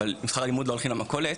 עם שכר לימוד לא הולכים למכולת,